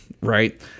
right